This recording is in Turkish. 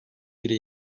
bire